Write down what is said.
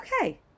okay